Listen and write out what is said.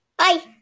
Hi